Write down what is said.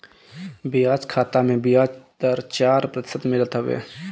बचत खाता में बियाज दर चार प्रतिशत मिलत हवे